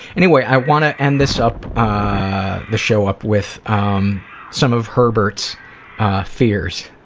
anyway, i want to end this up ah the show up with um some of herbert's fears.